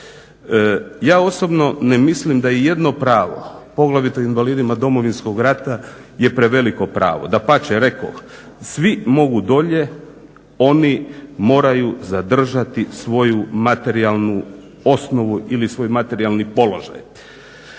Ja osobno ne mislim da ijedno pravo, poglavito invalidima Domovinskoga rata, je preveliko pravo. Dapače rekoh, svi mogu dolje oni moraju zadržati svoju materijalnu osnovu ili svoj materijalni položaj.